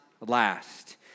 last